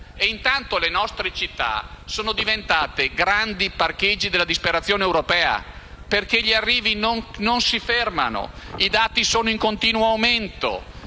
intanto le nostre città sono diventate grandi parcheggi della disperazione europea, perché gli arrivi non si fermano, i dati sono in continuo aumento